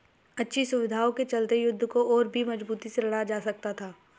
अच्छी सुविधाओं के चलते युद्ध को और भी मजबूती से लड़ा जा सकता था